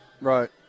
Right